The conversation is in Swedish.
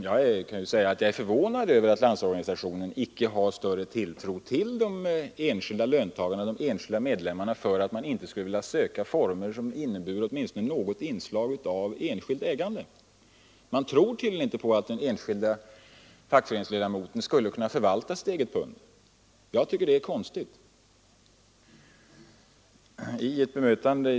Jag är förvånad över att LO inte har större tilltro till de enskilda löntagarna, de enskilda medlemmarna, och att LO inte skulle vilja söka former som innebure åtminstone något inslag av enskilt, individuellt ägande. Man tror tydligen inte på att den enskilde fackföreningsledamoten skulle kunna förvalta sitt eget pund. Jag tycker att det är konstigt.